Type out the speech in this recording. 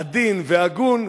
עדין והגון,